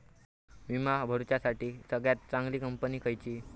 विमा भरुच्यासाठी सगळयात चागंली कंपनी खयची?